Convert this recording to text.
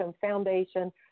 foundation